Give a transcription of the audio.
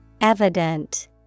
evident